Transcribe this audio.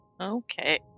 Okay